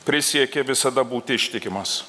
prisiekė visada būti ištikimas